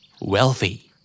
wealthy